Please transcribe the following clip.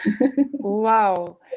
Wow